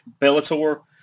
Bellator